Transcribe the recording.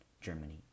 Germany